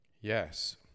Yes